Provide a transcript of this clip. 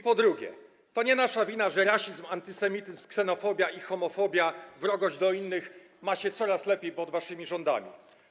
Po drugie, to nie nasza wina, że rasizm, antysemityzm, ksenofobia i homofobia, wrogość do innych ma się coraz lepiej pod waszymi rządami.